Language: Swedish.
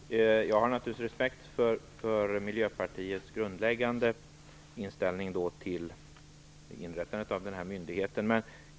Fru talman! Jag har naturligtvis respekt för Miljöpartiets grundläggande inställning till inrättandet av den nya myndigheten.